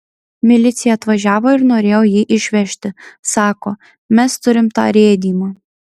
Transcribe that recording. milicija atvažiavo ir norėjo jį išvežti sako mes turim tą rėdymą